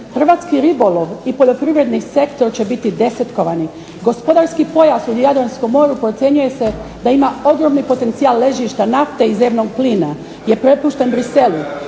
Hrvatski ribolov i poljoprivredni sektor će biti desetkovani. Gospodarski pojas u Jadranskom moru procjenjuje se da ima ogroman potencijal ležišta nafte i zemnog plina je prepušten Buxellesu.